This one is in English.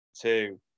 two